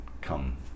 come